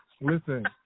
Listen